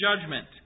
judgment